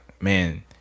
man